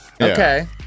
Okay